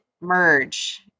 merge